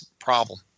problem